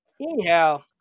anyhow